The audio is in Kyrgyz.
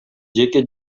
жеке